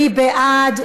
מי בעד?